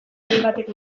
hainbatek